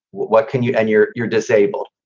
what can you and you're you're disabled.